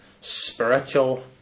spiritual